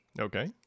Okay